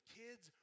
kids